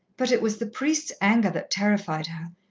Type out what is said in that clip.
but it was the priest's anger that terrified her,